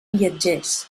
viatgers